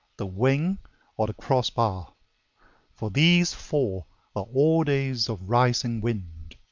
the wing or the cross-bar for these four are all days of rising wind.